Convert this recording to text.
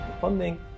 funding